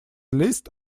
list